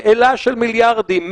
שאלה של מיליארדים,